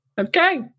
Okay